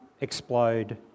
explode